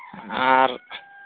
ᱟᱨ